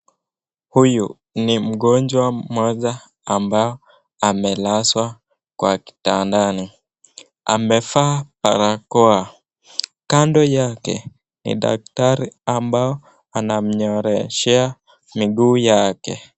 Huyu ni mgonjwa mmoja ambaye amelazwa kwa kitandani. Amevaa barakoa. Kando yake ni daktari ambao wanamnyoroshea miguu yake.